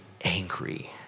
angry